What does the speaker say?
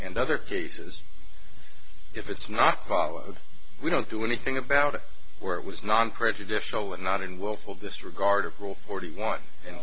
and other cases if it's not we don't do anything about it where it was non prejudicial and not in willful disregard of rule forty one and